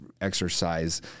exercise